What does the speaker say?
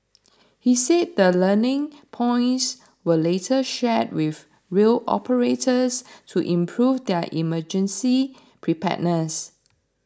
he said the learning points were later shared with rail operators to improve their emergency preparedness